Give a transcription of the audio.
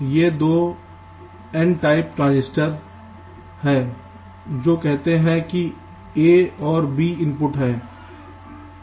ये दो N type transistor हैं जो कहते हैं कि a और b इनपुट हैं